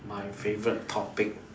my favourite topic